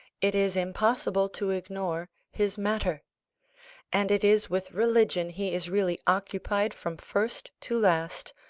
it is impossible to ignore his matter and it is with religion he is really occupied from first to last,